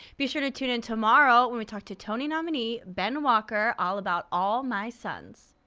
be sure to tune in tomorrow when we talk to tony nominee ben walker all about all my sons.